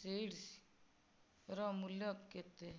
ସିଡ଼୍ସ୍ର ମୂଲ୍ୟ କେତେ